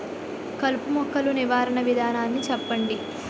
కలుపు మొక్కలు నివారణ విధానాన్ని చెప్పండి?